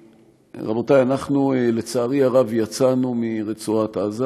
רבותיי, אנחנו, לצערי הרב, יצאנו מרצועת עזה.